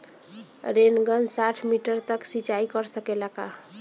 Rain gun साठ metre तक सिचाई कर सकेला का?